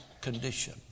condition